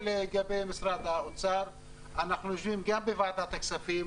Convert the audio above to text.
לגבי משרד האוצר אנחנו יושבים גם בוועדת הכספים.